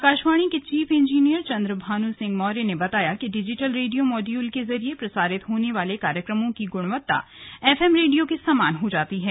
आकाशवाणी के chief engineer Chandra Bhanu Singh Maurya ने बाताया कि डिजिटल रेडियो मॉड्यूल के जरिए प्रसारित होने वाले कार्यक्रमों की गुणवत्ता एफएम रेडियो के समान हो जाती है